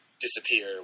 disappear